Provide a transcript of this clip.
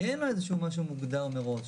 כי אין לו איזה משהו מוגדר מראש,